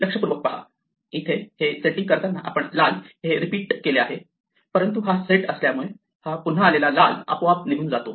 लक्षपूर्वक पाहा इथे हे सेटिंग करताना आपण लाल हे रिपीट केले आहे परंतु हा सेट असल्यामुळे हा पुन्हा आलेला लाल आपोआप निघून जातो